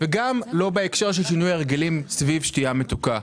וגם לא בהקשר של שינוי הרגלים סביב שתייה מתוקה.